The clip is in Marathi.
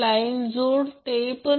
06 अँगल 178